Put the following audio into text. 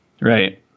Right